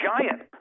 Giant